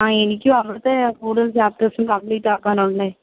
ആ എനിക്കും അവിടുത്തെയാണ് കൂടുതൽ ചാപ്റ്റേഴ്സും കംപ്ലീറ്റ് ആക്കാനുള്ളത്